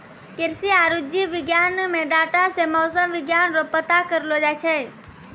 कृषि आरु जीव विज्ञान मे डाटा से मौसम विज्ञान रो पता करलो जाय छै